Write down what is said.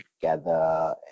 together